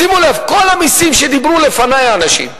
שימו לב, כל המסים שדיברו עליהם לפני אנשים,